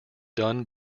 done